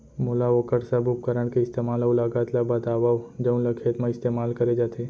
मोला वोकर सब उपकरण के इस्तेमाल अऊ लागत ल बतावव जउन ल खेत म इस्तेमाल करे जाथे?